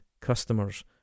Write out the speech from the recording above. customers